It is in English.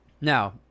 Now